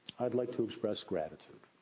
i'd like to express gratitude.